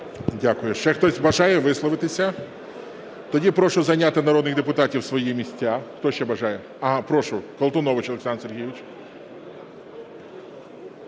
Дякую. Ще хтось бажає висловитися? Тоді прошу зайняти народних депутатів свої місця. Хто ще бажає? А, прошу, Колтунович Олександр Сергійович.